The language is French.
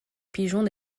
pigeons